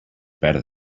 better